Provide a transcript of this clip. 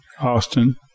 Austin